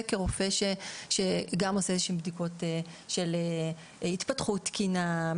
כרופא שגם עושה איזשהן בדיקות של התפתחות תקינה,